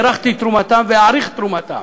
הערכתי את תרומתם ואעריך את תרומתם,